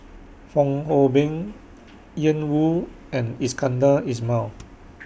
Fong Hoe Beng Ian Woo and Iskandar Ismail